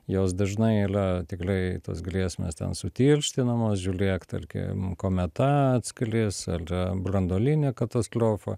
jos dažnai ylia tikliai tos grėsmės ten sutirštinamos žiūlėk tarkim kometa atsklis al branduolinė katastliofa